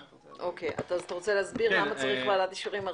אתה רוצה להסביר למה צריך ועדת אישורים ארצית?